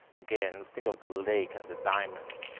again, think of the lake and the diamonds.